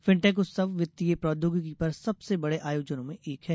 fintech उत्सव वित्तीय प्रौद्योगिकी पर सबसे बड़े आयोजनों में एक है